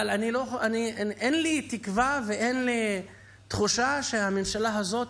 אבל אין לי תקווה ואין לי תחושה שהממשלה הזאת